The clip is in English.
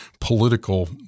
political